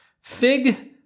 fig